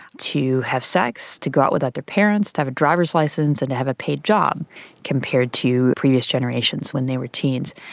to have sex, to go out without their parents, to have a drivers licence and to have a paid job compared to previous generations when they were teens.